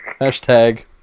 Hashtag